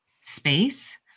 space